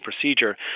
procedure